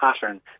pattern